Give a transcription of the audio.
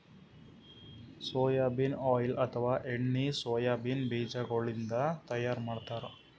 soybean oil ಅಥವಾ ಎಣ್ಣಿ soybean ಬಿಜಾಗೋಳಿನ್ದ ತೈಯಾರ್ ಮಾಡ್ತಾರ್